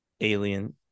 alien